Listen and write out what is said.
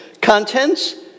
contents